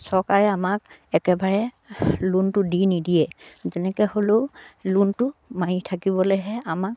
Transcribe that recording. চৰকাৰে আমাক একেবাৰে লোনটো দি নিদিয়ে যেনেকে হ'লেও লোনটো মাৰি থাকিবলেহে আমাক